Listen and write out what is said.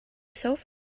sofa